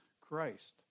Christ